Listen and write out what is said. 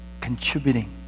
contributing